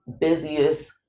busiest